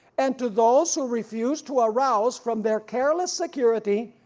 and to those who refuse to arouse from their careless security,